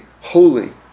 holy